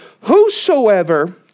whosoever